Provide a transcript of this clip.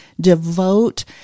devote